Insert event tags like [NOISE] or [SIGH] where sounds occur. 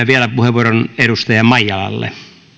[UNINTELLIGIBLE] vielä puheenvuoron edustaja maijalalle